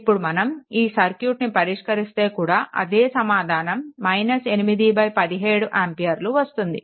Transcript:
ఇప్పుడు మనం ఈ సర్క్యూట్ని పరిష్కరిస్తే కూడా అదే సమాధానం 817 ఆంపియర్లు వస్తుంది